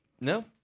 No